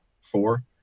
four